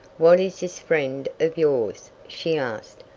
what is this friend of yours? she asked.